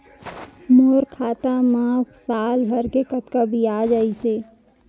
मोर खाता मा साल भर के कतका बियाज अइसे?